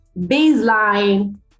baseline